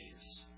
days